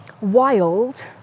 wild